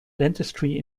dentistry